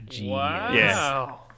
wow